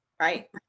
right